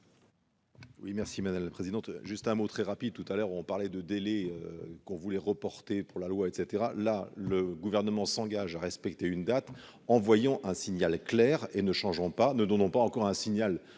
Oui merci madame la présidente, juste un mot très rapide tout à l'heure on parlait de délai qu'on voulait reporter pour la loi, et cetera, là, le gouvernement s'engage à respecter une date, envoyant un signal clair et ne changeront pas, ne donnons pas encore un signal contraire